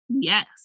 Yes